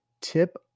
tip